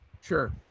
Sure